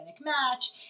match